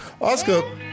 Oscar